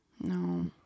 No